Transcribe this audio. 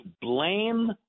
blame